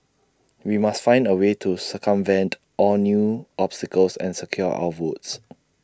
we must find A way to circumvent all new obstacles and secure our votes